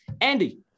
Andy